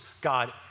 God